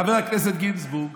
חבר הכנסת גינזבורג,